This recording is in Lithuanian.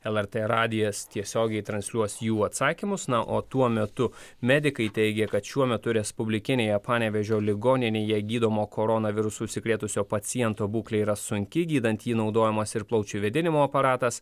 lrt radijas tiesiogiai transliuos jų atsakymus na o tuo metu medikai teigė kad šiuo metu respublikinėje panevėžio ligoninėje gydomo koronavirusu užsikrėtusio paciento būklė yra sunki gydant jį naudojamas ir plaučių vėdinimo aparatas